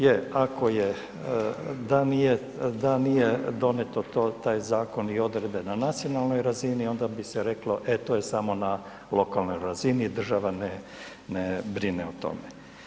Je, ako je, da nije, da nije donijeto to, taj zakon i odredbe na nacionalnoj razini onda bi se reklo, e to je samo na lokalnoj razini, država ne, ne brine o tome.